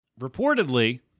reportedly